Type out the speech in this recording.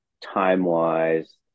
time-wise